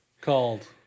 called